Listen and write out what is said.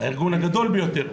הארגון הגדול ביותר.